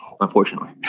unfortunately